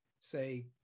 say